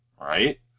right